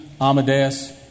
Amadeus